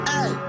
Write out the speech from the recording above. Hey